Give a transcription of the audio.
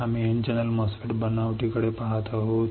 आम्ही N channel MOSFET बनावटीकडे पहात आहोत